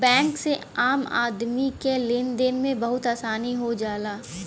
bank से आम आदमी क लेन देन में बहुत आसानी हो जाला